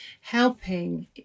helping